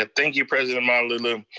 ah thank you president malauulu.